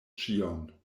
ĉion